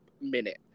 minute